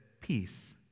Peace